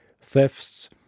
thefts